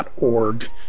org